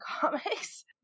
comics